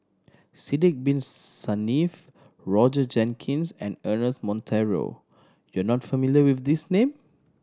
Sidek Bin Saniff Roger Jenkins and Ernest Monteiro you are not familiar with these name